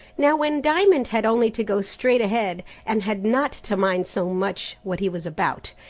now when diamond had only to go straight ahead, and had not to mind so much what he was about,